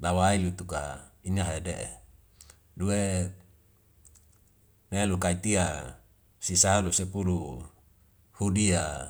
lawai lituka ina hade'e. Du'e nelu kaitia si salu sepulu hudia